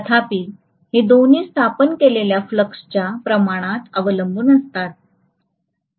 तथापि हे दोन्ही स्थापित केलेल्या फ्लक्सच्या प्रमाणात अवलंबून असतात